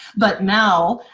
but now,